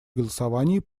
голосовании